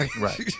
Right